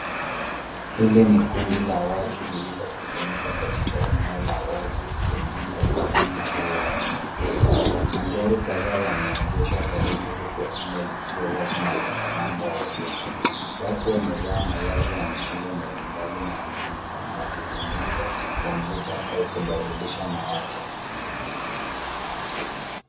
Hili ni kundi la watu lililokusanyika katika eneo la wazi pengine bustani au uwanja. Magari kadhaa yameegeshwa karibu huku anga likiwa wazi na lenye mwanga wa jua. Watu wamevaa mavazi ya mitindo mbalimbali na wanaonekana wakizungumza, kupumzika au kubadilisha mawazo.